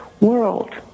world